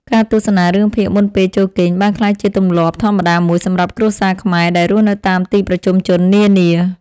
ការទស្សនារឿងភាគមុនពេលចូលគេងបានក្លាយជាទម្លាប់ធម្មតាមួយសម្រាប់គ្រួសារខ្មែរដែលរស់នៅតាមទីប្រជុំជននានា។